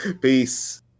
Peace